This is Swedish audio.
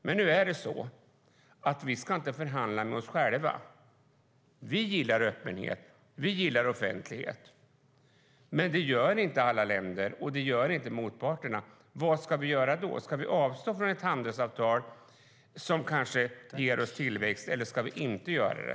Men nu är det så att vi inte ska förhandla med oss själva. Vi gillar öppenhet och offentlighet, men det gör inte alla länder och motparter. Vad ska vi göra då? Ska vi avstå från ett handelsavtal som kanske ger oss tillväxt, eller ska vi inte göra det?